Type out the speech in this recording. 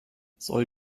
soll